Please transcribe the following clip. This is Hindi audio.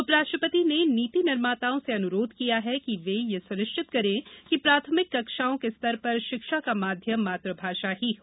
उपराष्ट्रपति ने नीति निर्माताओं से अनुरोध किया कि वे यह सुनिश्चित करें कि प्राथमिक कक्षाओं के स्तर पर शिक्षा का माध्यम मातृभाषा ही हो